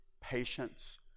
patience